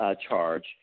charge